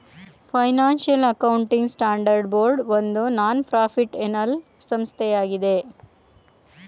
financial accounting standard board ಒಂದು non ಪ್ರಾಫಿಟ್ಏನಲ್ ಸಂಸ್ಥೆಯಾಗಿದೆ